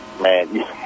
Man